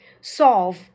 solve